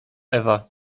ewa